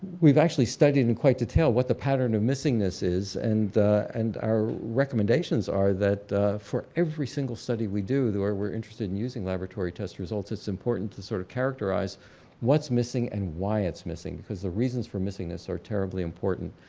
we've actually studied in quite detail what the pattern of missingness is and and our recommendations are that for every single study we do where we're interested in using laboratory test result it's important to sort of characterize what's missing and why it's missing because the reasons for missingness are terribly important.